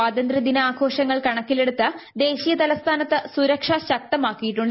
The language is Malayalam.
സ്ഥാത്ത്ത്യ ദിന ആഘോഷങ്ങൾ കണക്കിലെടുത്ത് ദേശ്വീയി തലസ്ഥാനത്ത് സുരക്ഷ ശക്തമാക്കിയിട്ടുണ്ട്